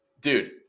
Dude